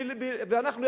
ואנחנו,